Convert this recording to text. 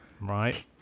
Right